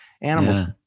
animals